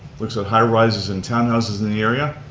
looks at high-rises and townhouses in the area,